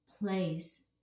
place